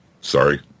Sorry